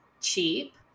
cheap